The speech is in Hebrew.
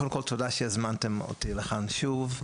קודם כל, תודה שהזמנתם אותי לכאן שוב.